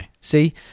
See